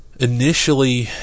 Initially